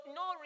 no